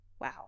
Wow